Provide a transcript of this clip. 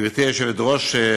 גברתי היושבת-ראש,